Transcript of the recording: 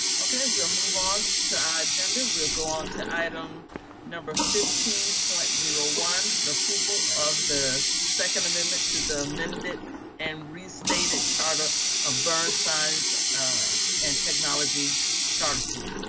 kind of move on to our agenda. we'll go on to item number fifteen point zero one, the approval of the second amendment to the amended and restated charter of bernstein's and technology charter school.